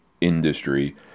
industry